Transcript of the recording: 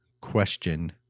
question